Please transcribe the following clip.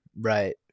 Right